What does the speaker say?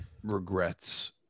regrets